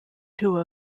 two